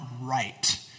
right